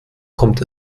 kommt